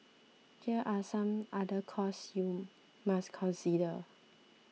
here are some other costs you must consider